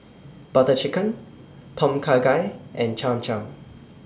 Butter Chicken Tom Kha Gai and Cham Cham